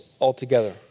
altogether